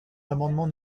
l’amendement